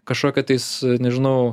kažkokią tais nežinau